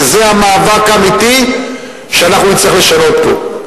וזה המאבק האמיתי שאנחנו נצטרך לשנות פה.